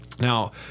Now